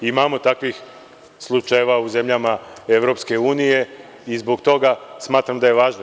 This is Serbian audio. Imamo takvih slučajeva u zemljama EU i zbog toga smatram da je važno.